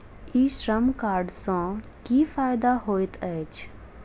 ई श्रम कार्ड सँ की फायदा होइत अछि?